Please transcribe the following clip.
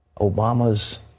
Obama's